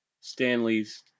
Stanley's